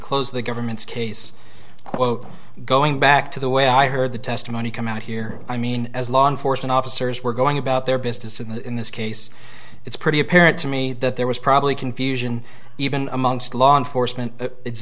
of the government's case quote going back to the way i heard the testimony come out here i mean as law enforcement officers were going about their business in this case it's pretty apparent to me that there was probably confusion even amongst law enforcement